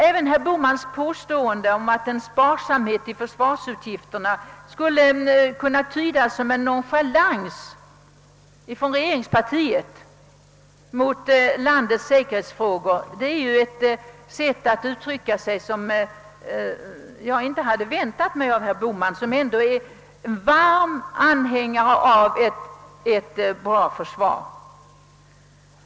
Inte heller påståendet att socialdemokratisk sparsamhet med försvarsutgifterna skulle kunna tydas som nonchalans från landets regering när det gäller säkerhetsfrågorna hade jag väntat mig av herr Bohman, som ju är en varm anhängare av ett starkt försvar.